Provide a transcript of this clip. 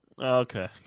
Okay